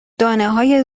دانههای